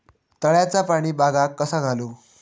तळ्याचा पाणी बागाक कसा घालू?